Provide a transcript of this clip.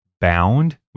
Bound